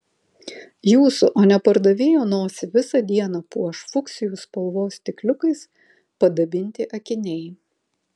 jūsų o ne pardavėjo nosį visą dieną puoš fuksijų spalvos stikliukais padabinti akiniai